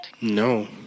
No